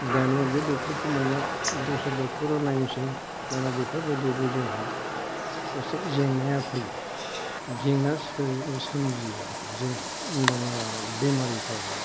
दानिया बे डक्ट'रखौ मोनला दस्रा डक्ट'रा नायनोसै दाना बेफोर बायदियावबो जोंहा एसे जेंनाया फैयो जेंना सोमजियो आरोखि जोंनाव माबा बेमारिफोरनाव